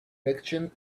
direction